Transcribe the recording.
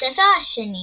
בספר השני